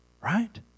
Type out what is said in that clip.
right